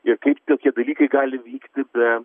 ir kaip tokie dalykai gali vykti be